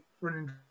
running